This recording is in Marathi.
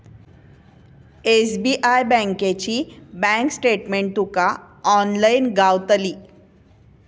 एस.बी.आय बँकेची बँक स्टेटमेंट तुका ऑनलाईन गावतली